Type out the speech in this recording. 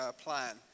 plan